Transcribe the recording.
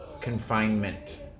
confinement